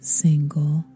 single